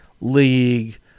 league